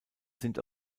sind